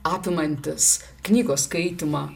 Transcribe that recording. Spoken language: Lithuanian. apimantis knygos skaitymą